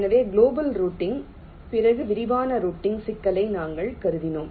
எனவே global routing பிறகு விரிவான ரூட்டிங் சிக்கலை நாங்கள் கருதுகிறோம்